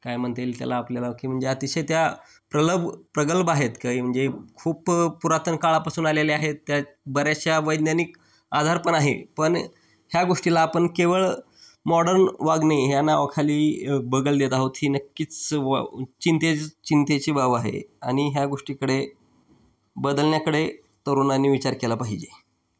काय म्हणता येईल त्याला आपल्याला की म्हणजे अतिशय त्या प्रलब प्रगल्भ आहेत काही म्हणजे खूप पुरातन काळापासून आलेल्या आहेत त्या बऱ्याचशा वैज्ञानिक आधार पण आहे पण ह्या गोष्टीला आपण केवळ मॉडर्न वागणे ह्या नावाखाली बगल देत आहोत ही नक्कीच वा चिंतेची चिंतेची बाब आहे आणि ह्या गोष्टीकडे बदलण्याकडे तरुणांनी विचार केला पाहिजे